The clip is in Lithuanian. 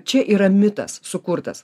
čia yra mitas sukurtas